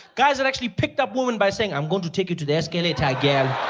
guys that actually picked up woman by saying i am going to take you to the escalator girl.